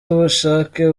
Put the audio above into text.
ubushake